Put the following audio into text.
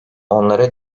onları